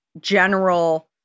general